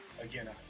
again